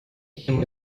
этим